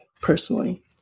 personally